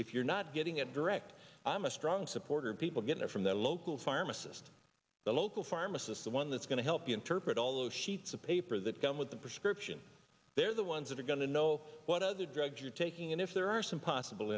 if you're not getting a direct i'm a strong supporter of people getting it from their local pharmacist the local pharmacist the one that's going to help you interpret all those sheets of paper that come with the prescription they're the ones that are going to know what other drugs you're taking and if there are some possible